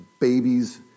babies